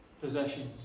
possessions